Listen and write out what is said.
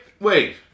wait